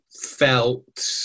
felt